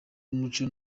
w’umuco